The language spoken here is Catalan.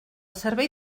servei